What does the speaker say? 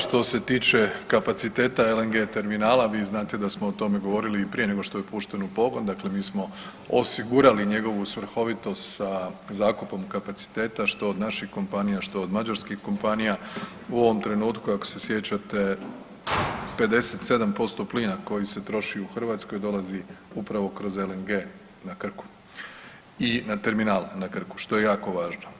Što se tiče kapaciteta LNG terminala, vi znate da smo o tome govorili i prije nego što je pušten u pogon, dakle mi smo osigurali njegovu svrhovitost sa zakupom kapaciteta, što od naših kompanija, što od mađarskih kompanija, u ovom trenutku, ako se sjećate 57% plina koji se troši u Hrvatskoj dolazi upravo kroz LNG na Krku i na terminalu na Krku, što je jako važno.